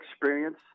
experience